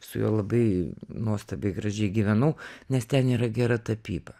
su juo labai nuostabiai gražiai gyvenau nes ten yra gera tapyba